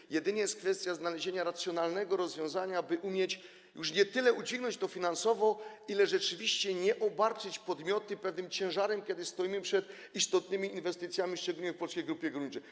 Jest jedynie kwestia znalezienia racjonalnego rozwiązania, by umieć już nie tyle udźwignąć to finansowo, ile rzeczywiście nie obarczać podmiotów pewnym ciężarem, kiedy stoimy przed istotnymi inwestycjami, szczególnie w Polskiej Grupie Górniczej.